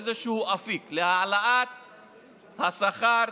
איזשהו אפיק להעלאת השכר,